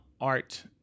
art